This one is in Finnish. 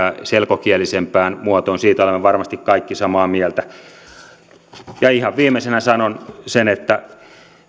selkokielisempään muotoon siitä olemme varmasti kaikki samaa mieltä ihan viimeisenä sanon sen että